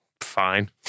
fine